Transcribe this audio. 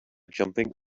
jumping